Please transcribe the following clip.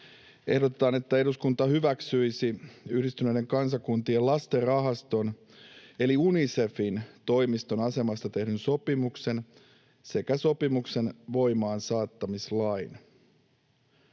ehdotetaan, että eduskunta hyväksyisi Yhdistyneiden kansakuntien lastenrahaston eli Unicefin toimiston asemasta tehdyn sopimuksen sekä sopimuksen voimaansaattamislain.